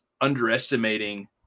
underestimating